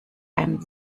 ein